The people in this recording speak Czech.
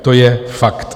To je fakt.